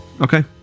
Okay